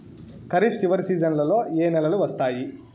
ఖరీఫ్ చివరి సీజన్లలో ఏ నెలలు వస్తాయి?